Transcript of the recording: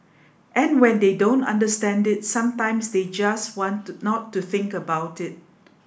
and when they don't understand it sometimes they just want to not to think about it